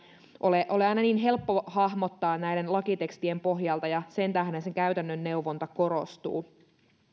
ole ole aina niin helppo hahmottaa näiden lakitekstien pohjalta sen tähden se käytännön neuvonta korostuu